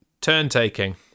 Turn-taking